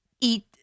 eat